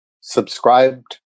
subscribed